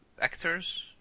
actors